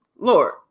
Lord